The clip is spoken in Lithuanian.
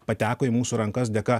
pateko į mūsų rankas dėka